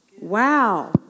Wow